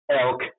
elk